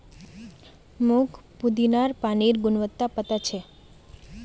मोक पुदीनार पानिर गुणवत्ता पता छ